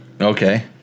Okay